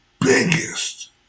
biggest